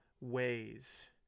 ways